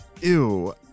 Ew